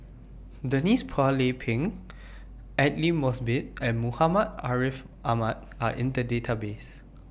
Denise Phua Lay Peng Aidli Mosbit and Muhammad Ariff Ahmad Are in The Database